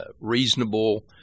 reasonable